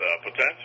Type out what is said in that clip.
potential